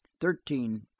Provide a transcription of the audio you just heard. Thirteen-